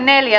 asia